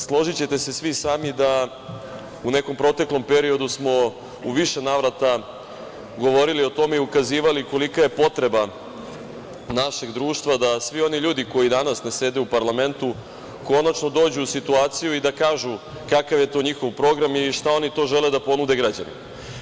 Složićete se svi sami da u nekom proteklom periodu smo u više navrata govorili o tome i ukazivali kolika je potreba našeg društva da svi oni ljudi koji danas ne sede u parlamentu konačno dođu u situaciju i da kažu kakav je to njihov program i šta oni to žele da ponude građanima.